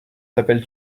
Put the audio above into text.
t’appelles